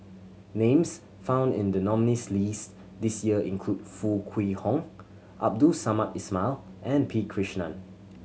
names found in the nominees' list this year include Foo Kwee Horng Abdul Samad Ismail and P Krishnan